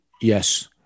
Yes